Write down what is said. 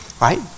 Right